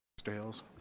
mr hills